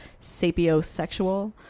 sapiosexual